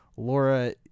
Laura